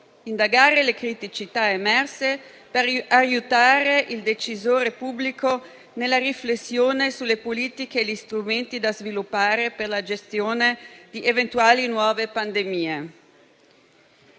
indagare le criticità emerse per aiutare il decisore pubblico nella riflessione sulle politiche e gli strumenti da sviluppare per la gestione di eventuali nuove pandemie.